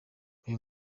uyu